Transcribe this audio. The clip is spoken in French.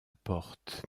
porte